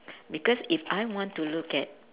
because if I want want to look at